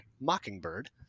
Mockingbird